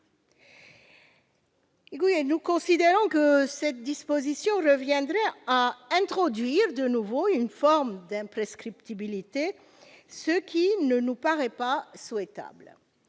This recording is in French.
Nous considérons que cette disposition reviendrait à introduire de nouveau une forme d'imprescriptibilité, ce qui ne nous paraît pas souhaitable,